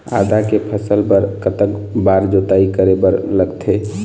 आदा के फसल बर कतक बार जोताई करे बर लगथे?